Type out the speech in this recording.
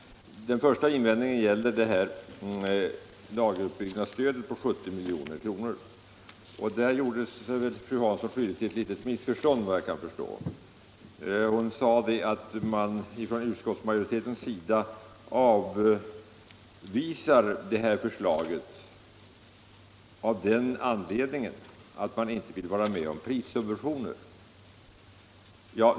Den första invändningen gäller lageruppbyggnadsstödet på 70 milj.kr. Därvidlag gjorde sig fru Hansson skyldig till ett litet missförstånd, efter vad jag kan förstå. Hon sade att utskottsmajoriteten avvisar detta förslag av den anledningen att man inte vill vara med om prissubventioner.